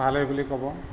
ভালেই বুলি ক'ব